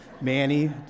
Manny